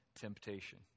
Temptation